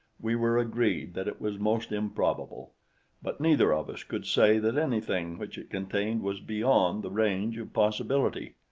we were agreed that it was most improbable but neither of us could say that anything which it contained was beyond the range of possibility.